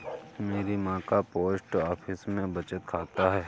मेरी मां का पोस्ट ऑफिस में बचत खाता है